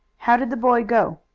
how did the boy go?